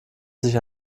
sich